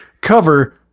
cover